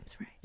right